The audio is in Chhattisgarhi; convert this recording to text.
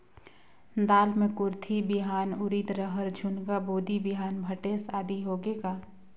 दाल मे कुरथी बिहान, उरीद, रहर, झुनगा, बोदी बिहान भटेस आदि होगे का?